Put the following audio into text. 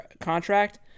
contract